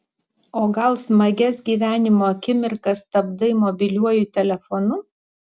o gal smagias gyvenimo akimirkas stabdai mobiliuoju telefonu